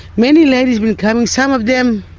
many ladies will come. some of them